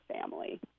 family